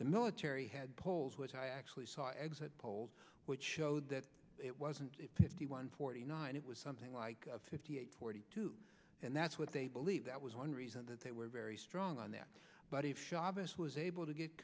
the military had polls which i actually saw exit polls which showed that it wasn't if he won forty nine it was something like fifty eight forty two and that's what they believe that was one reason that they were very strong on that but if chavez was able to get